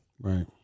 right